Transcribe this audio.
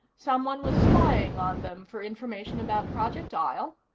someone was spying on them for information about project isle?